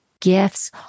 gifts